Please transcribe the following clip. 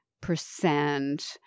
percent